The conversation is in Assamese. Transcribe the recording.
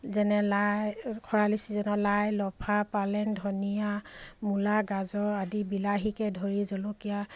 যেনে লাই খৰালি ছিজনৰ লাই লফা পালেং ধনিয়া মূলা গাজৰ আদি বিলাহীকে ধৰি জলকীয়া